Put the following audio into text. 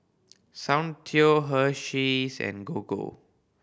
Soundteoh Hersheys and Gogo